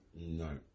No